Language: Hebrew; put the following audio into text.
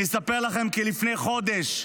אני אספר לכם כי לפני חודש,